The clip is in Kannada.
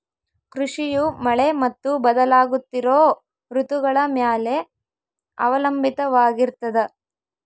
ಕೃಷಿಯು ಮಳೆ ಮತ್ತು ಬದಲಾಗುತ್ತಿರೋ ಋತುಗಳ ಮ್ಯಾಲೆ ಅವಲಂಬಿತವಾಗಿರ್ತದ